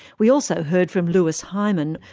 we also heard from louis hyman,